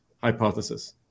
hypothesis